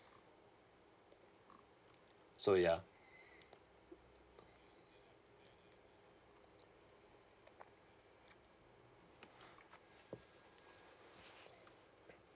so ya